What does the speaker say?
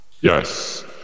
Yes